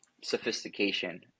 sophistication